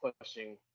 pushing